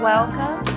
Welcome